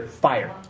fire